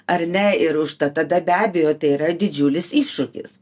ar ne ir užtat tada be abejo tai yra didžiulis iššūkis